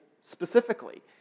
specifically